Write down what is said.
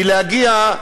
כי להגיע,